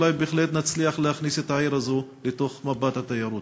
ואולי נצליח להכניס את העיר הזו למפת התיירות.